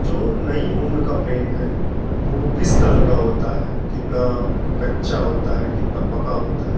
जो नई उम्र का प्रेम है वह किस तरह का होता है कितना कच्चा होता है कितना पका होता है